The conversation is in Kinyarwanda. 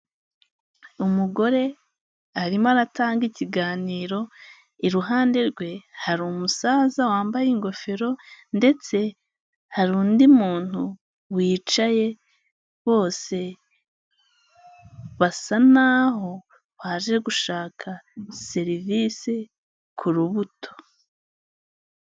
Umugore arimo aratanga ikiganiro, iruhande rwe hari umusaza wambaye ingofero, ndetse hari undi muntu wicaye, bose basa n'aho baje gushaka serivisi ku rubuto.